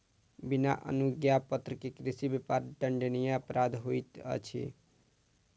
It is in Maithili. बिना अनुज्ञापत्र के कृषि व्यापार दंडनीय अपराध होइत अछि